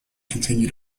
continue